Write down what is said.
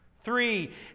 Three